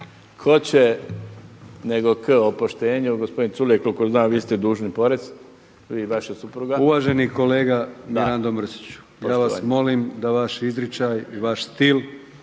Tko će nego k o poštenju, gospodine Culej koliko znam vi ste dužni porez, vi i vaša supruga. **Brkić, Milijan (HDZ)** Uvaženi kolega Mirando Mrsiću, ja vas molim da vaš izričaj i vaš stil